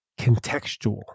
contextual